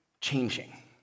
changing